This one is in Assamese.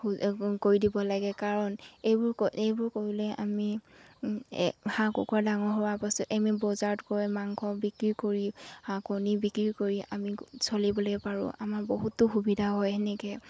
কৰি দিব লাগে কাৰণ এইবোৰ এইবোৰ কৰিলে আমি হাঁহ কুকুৰা ডাঙৰ হোৱাৰ পাছত এমি বজাৰত গৈ মাংস বিক্ৰী কৰি হাঁহ কণী বিক্ৰী কৰি আমি চলিবলৈ পাৰোঁ আমাৰ বহুতো সুবিধা হয় তেনেকৈ